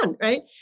right